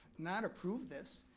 not approve this,